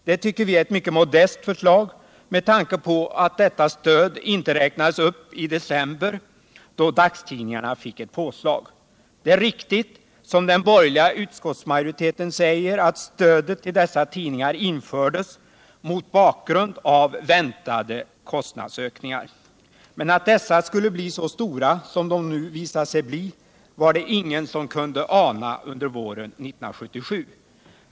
Det tycker vi är ett mycket modest förslag med tanke på att detta stöd inte räknades upp i december, då dagstidningarna fick ett påslag. Det är riktigt som den borgerliga utskottsmajoriteten säger, att stödet till dessa tidningar infördes mot bakgrund av väntade kostnadsökningar. Men att dessa skulle bli så stora som de nu visat sig bli var det ingen som kunde ana under våren 1977.